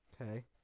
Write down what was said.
okay